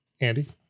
Andy